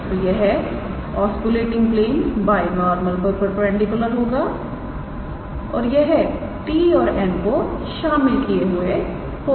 तोयह oscillating plane binormal पर perpendicular होगा और यह 𝑡̂ और 𝑛̂ को शामिल किए हुए होगा